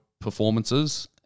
performances